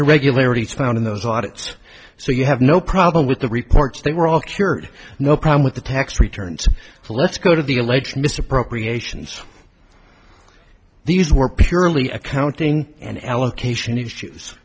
irregularities found in those audits so you have no problem with the reports they were all cured no problem with the tax returns let's go to the alleged misappropriations these were purely accounting and allocation issues